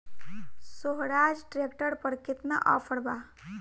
सोहराज tractor पर केतना offer बा?